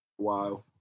wow